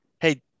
Hey